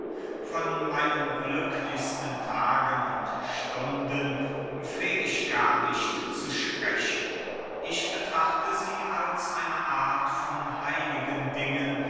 von meinen glücklichsten tagen und stunden pfleg ich gar nicht zu sprechen ich betrachte sie als eine art von heiligen dingen